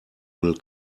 will